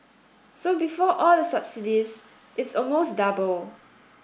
so before all the subsidies it's almost double